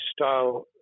style